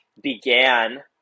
began